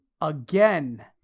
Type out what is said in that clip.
Again